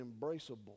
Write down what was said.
embraceable